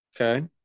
okay